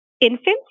Infants